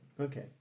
Okay